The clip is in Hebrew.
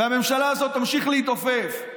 והממשלה הזאת תמשיך להתעופף,